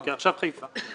עכשיו חיפה.